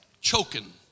choking